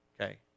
Okay